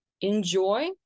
enjoy